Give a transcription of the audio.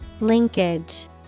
Linkage